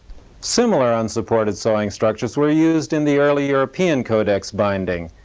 similar unsupported sewing structures were used in the early european codex binding,